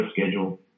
schedule